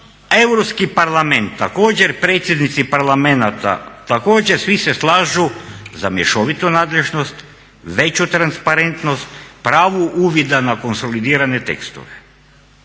Europski parlament također, predsjednici parlamenata također svi se slažu za mješovitu nadležnost, veću transparentnost, pravo uvida na konsolidirane tekstove.